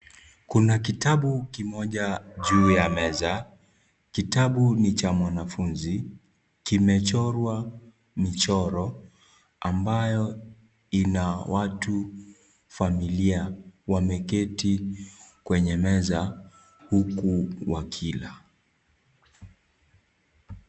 Kuna kitabu kimoja juu ya meza, kitabu ni cha mwanafunzi, kimechorwa michoro ambayo ina watu familia wameketi kwenye meza huku wakila.